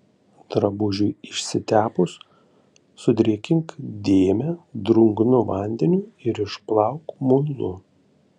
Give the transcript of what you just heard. drabužiui išsitepus sudrėkink dėmę drungnu vandeniu ir išplauk muilu